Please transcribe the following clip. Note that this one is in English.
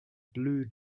blue